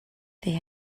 they